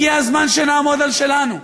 הגיע הזמן שנעמוד על שלנו.